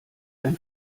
ein